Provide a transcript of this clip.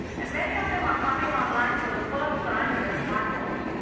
and many of them are coming online for the first time with a smartphone.